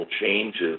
changes